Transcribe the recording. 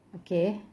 okay